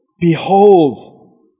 Behold